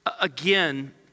Again